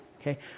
Okay